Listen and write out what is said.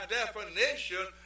definition